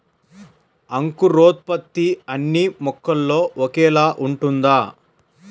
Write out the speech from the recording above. అంకురోత్పత్తి అన్నీ మొక్కల్లో ఒకేలా ఉంటుందా?